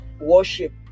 worship